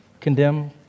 condemn